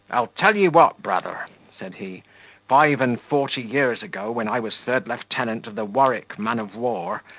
i'll tell ye what, brother, said he five-and-forty years ago, when i was third lieutenant of the warwick man-of-war,